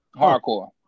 Hardcore